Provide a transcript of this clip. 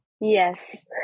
Yes